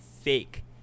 fake